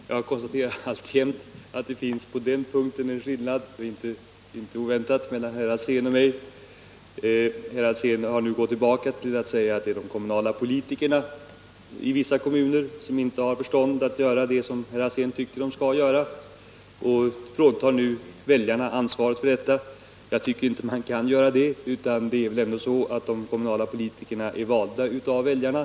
Herr talman! Jag konstaterar att det i fråga om varuförsörjningsplanerna alltjämt finns en skillnad — och det var inte oväntat — mellan herr Alsén och mig. Herr Alsén sade förut att det är de kommunala politikerna i vissa kommuner som inte har förstånd att göra det som herr Alsén tycker att de skulle göra, och nu fråntar han väljarna deras ansvar. Jag anser inte att man kan göra det, utan det är väl ändå så att de kommunala politikerna är utsedda av väljarna.